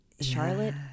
Charlotte